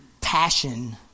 passion